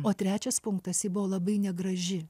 o trečias punktas ji buvo labai negraži